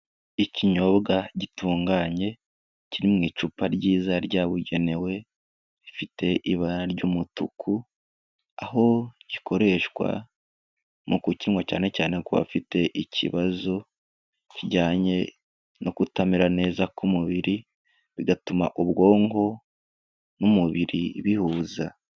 Ikinyobwa gitunganye kiri mu icupa ryiza ryabugenewe rifite ibara ry'umutuku, aho gikoreshwa mu kukinywa cyane cyane ku bafite ikibazo kijyanye no kutamera neza k'umubiri, bigatuma ubwonko n'umubiri bihuza.